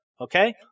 okay